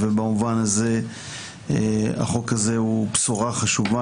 ובמובן הזה החוק הזה הוא בשורה חשובה